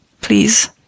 Please